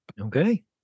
Okay